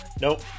Nope